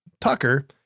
Tucker